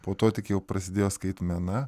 po to tik jau prasidėjo skaitmena